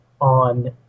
on